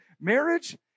marriage